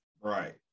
Right